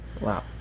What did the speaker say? Wow